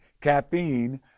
caffeine